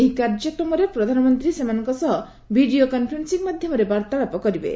ଏହି କାର୍ଯ୍ୟକ୍ରମରେ ପ୍ରଧାନମନ୍ତ୍ରୀ ସେମାନଙ୍କ ସହ ଭିଡ଼ିଓ କନ୍ଫରେନ୍ସିଂ ମାଧ୍ୟମରେ ବାର୍ଭାଳାପ କରିବେ